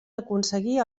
aconseguir